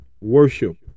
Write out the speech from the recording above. Worship